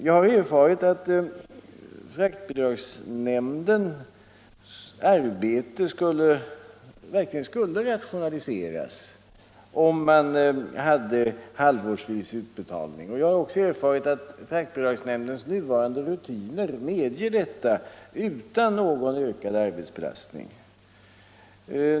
Jag har erfarit att fraktbidragsnämndens arbete verkligen skulle rationaliseras om utbetalning skedde halvårsvis. Jag har också erfarit att fraktbidragsnämndens nuvarande rutiner medger detta utan någon ökad arbetsbelastning.